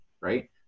right